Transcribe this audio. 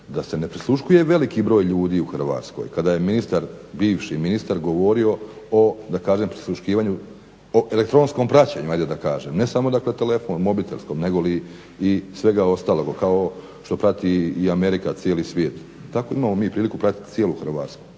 da se ne prisluškuje veliki broj ljudi u Hrvatskoj kada je ministar, bivši ministar govorio o da kažem prisluškivanju, o elektronskom praćenju ajde da kažem, ne samo dakle telefon, mobitelskom nego i svega ostalog kao što prati i Amerika cijeli svijet. Tako imamo mi priliku pratiti cijelu Hrvatsku.